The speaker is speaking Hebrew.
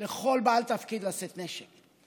לכל בעל תפקיד לשאת נשק.